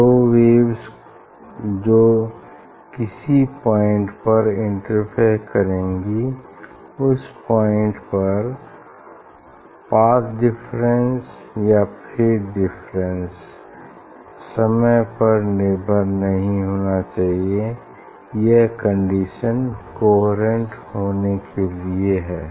दो वेव्स जो किसी पॉइंट पर इंटरफेयर करेंगी उस पॉइंट पर पाथ डिफरेंस या फेज डिफरेंस समय पर निर्भर नहीं होना चाहिए यह कंडीशन कोहेरेंट होने के लिए है